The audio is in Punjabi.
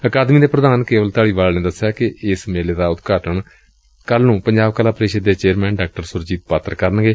ਅਕਾਦਮੀ ਦੇ ਪ੍ਰਧਾਨ ਕੇਵਲ ਧਾਲੀਵਾਲ ਨੇ ਦਸਿਆ ਕਿ ਏਸ ਮੇਲੇ ਦਾ ਉਦਘਾਟਨ ਕੱਲ ਨੂੰ ਪੰਜਾਬ ਕਾਲ ਪਰਿਸ਼ਦ ਦੇ ਚੇਅਰਮੈਨ ਡਾ ਸਰੁਜੀਤ ਪਾਤਰ ਕਰਨਗੇ